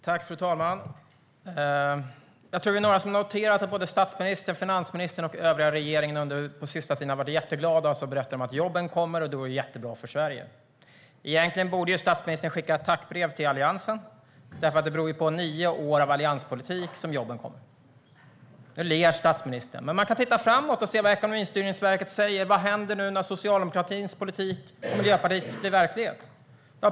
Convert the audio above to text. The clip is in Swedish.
Fru talman! Vi är nog några som har noterat att såväl statsministern som finansministern och övriga regeringen under den senaste tiden har varit jätteglada och sagt att jobben kommer och att det går jättebra för Sverige. Egentligen borde statsministern skicka tackbrev till Alliansen, för det beror på nio år av allianspolitik att jobben kommer. Nu ler statsministern. Man kan titta framåt och se vad Ekonomistyrningsverket säger. Vad händer nu när Socialdemokraternas och Miljöpartiets politik blir verklighet?